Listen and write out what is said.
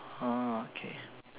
orh okay